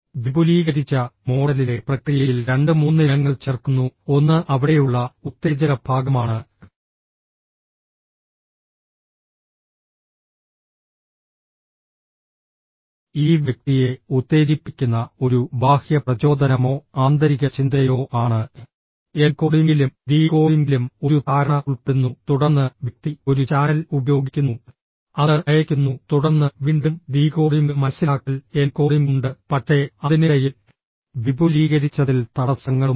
വിപുലീകരിച്ച മോഡലിലെ പ്രക്രിയയിൽ രണ്ട് മൂന്ന് ഇനങ്ങൾ ചേർക്കുന്നു ഒന്ന് അവിടെയുള്ള ഉത്തേജക ഭാഗമാണ് ഈ വ്യക്തിയെ ഉത്തേജിപ്പിക്കുന്ന ഒരു ബാഹ്യ പ്രചോദനമോ ആന്തരിക ചിന്തയോ ആണ് എൻകോഡിംഗിലും ഡീകോഡിംഗിലും ഒരു ധാരണ ഉൾപ്പെടുന്നു തുടർന്ന് വ്യക്തി ഒരു ചാനൽ ഉപയോഗിക്കുന്നു അത് അയയ്ക്കുന്നു തുടർന്ന് വീണ്ടും ഡീകോഡിംഗ് മനസിലാക്കൽ എൻകോഡിംഗ് ഉണ്ട് പക്ഷേ അതിനിടയിൽ വിപുലീകരിച്ചതിൽ തടസ്സങ്ങളുമുണ്ട്